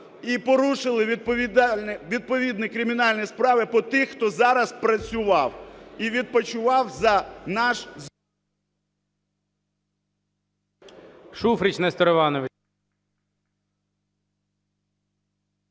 і порушили відповідні кримінальні справи по тих, хто зараз працював і відпочивав за наш...